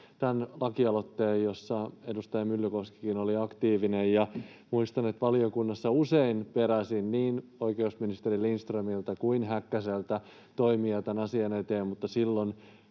tämän lakialoitteen, jossa edustaja Myllykoskikin oli aktiivinen, ja muistan, että valiokunnassa usein peräsin niin oikeusministeri Lindströmiltä kuin Häkkäseltä toimia tämän asian eteen, mutta silloin